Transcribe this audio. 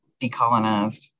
decolonized